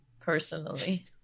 personally